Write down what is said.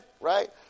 right